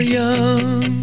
young